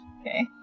Okay